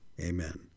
Amen